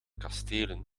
kastelen